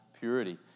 purity